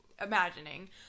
imagining